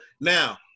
now